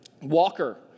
Walker